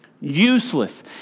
Useless